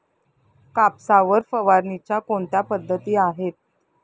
कापसावर फवारणीच्या कोणत्या पद्धती आहेत?